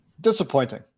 Disappointing